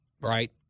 Right